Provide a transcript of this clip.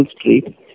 Street